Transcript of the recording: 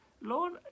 Lord